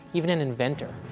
even an inventor.